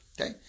okay